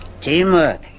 Teamwork